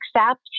accept